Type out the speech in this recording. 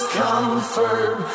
comfort